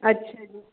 ਅੱਛਾ ਜੀ